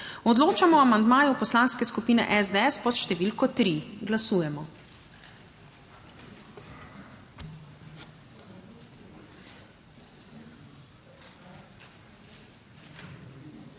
Odločamo o amandmaju Poslanske skupine SDS pod številko 7. Glasujemo.